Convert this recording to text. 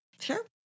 Sure